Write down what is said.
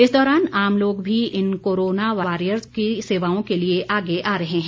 इस दौरान आम लोग भी इन कोरोना वॉरियर्स की सेवाओं के लिए आगे आ रहे हैं